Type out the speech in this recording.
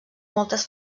moltes